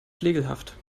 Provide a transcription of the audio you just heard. flegelhaft